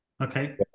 Okay